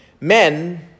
Men